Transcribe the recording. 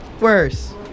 worse